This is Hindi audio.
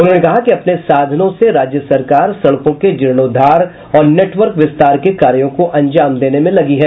उन्होंने कहा कि अपने साधनों से राज्य सरकार सड़कों के जीर्णोद्वार और नेटवर्क विस्तार के कार्यों को अंजाम देने में लगी है